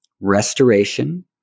restoration